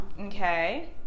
Okay